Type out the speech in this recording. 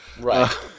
Right